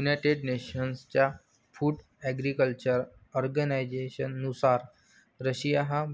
United नेशन्सच्या food agriculture ऑर्गनायझेशननुसार, Russia हा